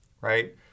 Right